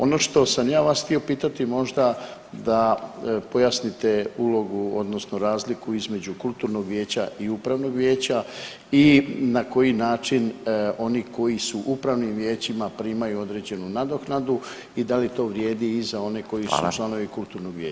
Ono što sam ja vas htio pitati možda da pojasnite ulogu odnosno razliku između kulturnog vijeća i upravnog vijeća i na koji način oni koji su u upravnim vijećima primaju određenu nadoknadu i da li to vrijedi i za one koji [[Upadica: Hvala.]] su članovi kulturnog vijeća?